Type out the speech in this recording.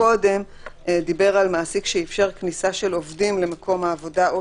הסעיף קודם דיבר על מעסיק שאפשר כניסה של עובדים למקום העבודה או